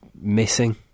missing